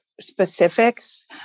specifics